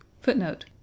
Footnote